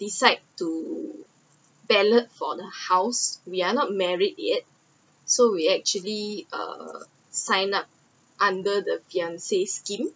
decide to ballot for the house we are not married yet so we actually err sign up under the fiance scheme